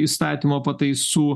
įstatymo pataisų